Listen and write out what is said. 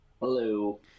Hello